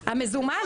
מזומן?